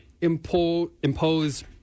impose